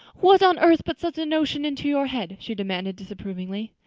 what on earth put such a notion into your head? she demanded disapprovingly.